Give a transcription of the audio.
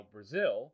Brazil